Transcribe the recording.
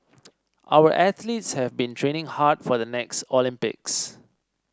our athletes have been training hard for the next Olympics